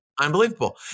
unbelievable